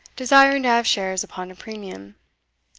desiring to have shares upon a premium.